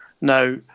Now